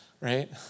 right